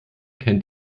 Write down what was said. kennt